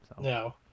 No